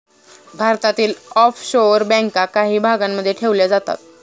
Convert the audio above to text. भारतातील ऑफशोअर बँका काही भागांमध्ये ठेवल्या जातात